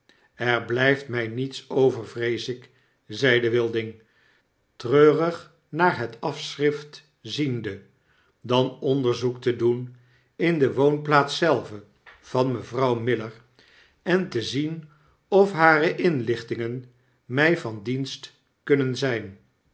er blpt mij niets over vrees ik zeide wilding treurig naar het afschrift ziende dan onderzoek te doen in de woonplaats zelve van mevrouw miller en te zien of hare irilichtingen my van dienst kunnen zgn